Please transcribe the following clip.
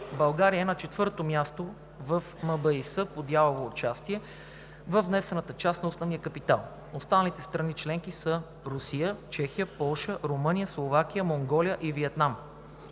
България е на четвърто място в МБИС по дялово участие във внесената част на уставния капитал. Останалите страни членки са Русия, Чехия, Полша, Румъния, Словакия, Монголия и Виетнам.